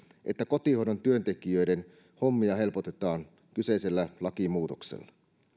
että kotihoidon työntekijöiden hommia helpotetaan kyseisellä lakimuutoksella